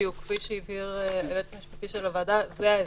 בדיוק, כמו שהבהיר היועץ של הוועדה, זה ההסדר.